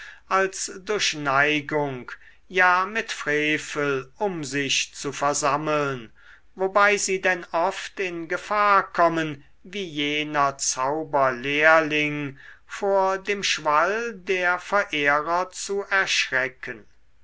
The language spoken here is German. als durch neigung ja mit frevel um sich zu versammeln wobei sie denn oft in gefahr kommen wie jener zauberlehrling vor dem schwall der verehrer zu erschrecken